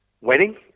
wedding